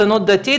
ציונות דתית,